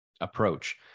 approach